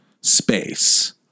space